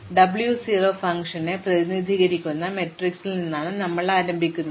അതിനാൽ W 0 ഫംഗ്ഷനെ പ്രതിനിധീകരിക്കുന്ന മാട്രിക്സിൽ നിന്നാണ് ഞങ്ങൾ ആരംഭിക്കുന്നത്